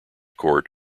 court